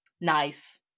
Nice